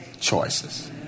choices